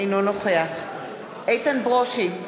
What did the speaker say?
אינו נוכח איתן ברושי,